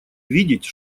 видеть